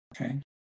Okay